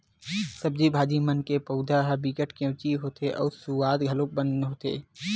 सब्जी भाजी मन के पउधा ह बिकट केवची होथे अउ सुवाद घलोक बने होथे